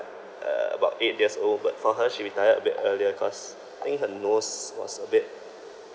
uh about eight years old but for her she retired a bit earlier cause I think her nose was a bit